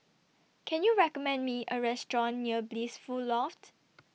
Can YOU recommend Me A Restaurant near Blissful Loft